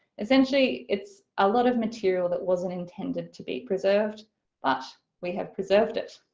essentially it's a lot of material that wasn't intended to be preserved but we have preserved it.